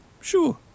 sure